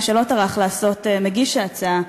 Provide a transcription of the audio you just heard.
מה שלא טרח לעשות מגיש ההצעה,